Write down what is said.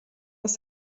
des